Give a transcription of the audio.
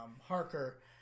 Harker